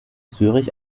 zürich